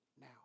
now